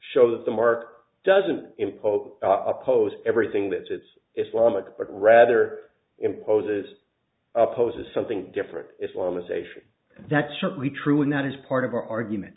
that the mark doesn't impose oppose everything that it's islamic but rather imposes opposes something different islamization that's certainly true and that is part of our argument